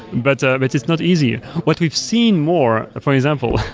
but it's it's not easy. what we've seen more, for example,